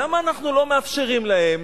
למה אנחנו לא מאפשרים להם,